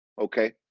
Okay